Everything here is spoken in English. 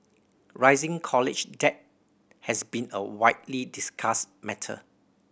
rising college debt has been a widely discussed matter